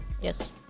Yes